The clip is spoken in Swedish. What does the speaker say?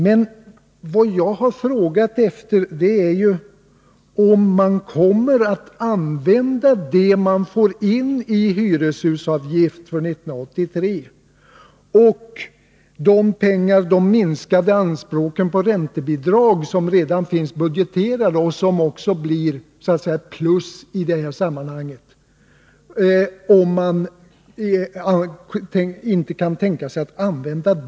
Men det jag frågade var om man kan tänka sig att använda det man får in i hyreshusavgift för 1983 och de pengar som man får genom de minskade anspråken i fråga om räntebidrag som redan finns budgeterade — de blir ju också ett ”plus” i det här sammanhanget — för att stoppa den nuvarande hyresutvecklingen.